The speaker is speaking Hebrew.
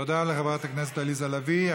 תודה לחברת הכנסת עליזה לביא.